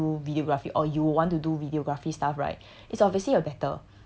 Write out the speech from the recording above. if I were to let you do videography or you want to do videography stuff right